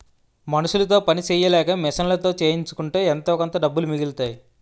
మనుసులతో పని సెయ్యలేక మిషన్లతో చేయించుకుంటే ఎంతోకొంత డబ్బులు మిగులుతాయి